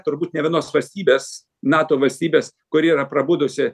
turbūt nė vienos valstybės nato valstybės kuri yra prabudusi